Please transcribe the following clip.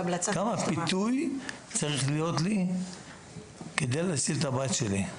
כמה פיתוי צריך להיות לי כדי להציל את הבת שלי.